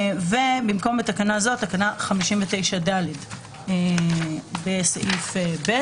ובמקום בתקנה זאת תקנה 59ד בסעיף ב'.